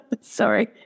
Sorry